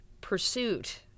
pursuit